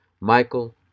Michael